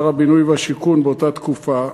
שר הבינוי והשיכון באותה תקופה,